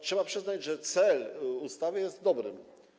Trzeba przyznać, że cel tej ustawy jest dobry.